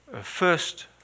first